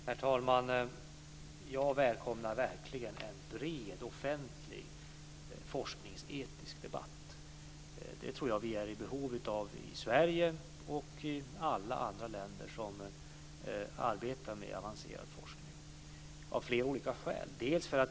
Herr talman! Jag välkomnar verkligen en bred offentlig forskningsetisk debatt. Det tror jag att vi är i behov av i Sverige och i alla andra länder som arbetar med avancerad forskning av flera olika skäl.